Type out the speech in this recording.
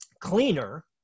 cleaner